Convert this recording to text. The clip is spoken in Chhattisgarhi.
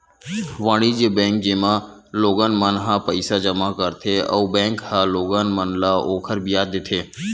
वाणिज्य बेंक, जेमा लोगन मन ह पईसा जमा करथे अउ बेंक ह लोगन मन ल ओखर बियाज देथे